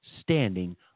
standing